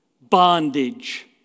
Bondage